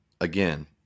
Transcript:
again